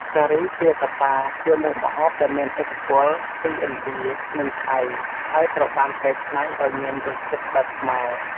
ការីទាកាប៉ា ជាមុខម្ហូបដែលមានឥទ្ធិពលពីឥណ្ឌា និងថៃ ហើយត្រូវបានកែច្នៃឱ្យមានរសជាតិបែបខ្មែរ។